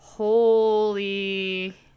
holy